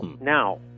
Now